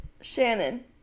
Shannon